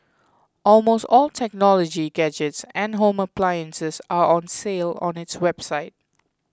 almost all technology gadgets and home appliances are on sale on its website